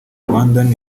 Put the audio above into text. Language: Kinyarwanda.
rwandan